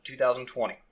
2020